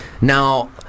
Now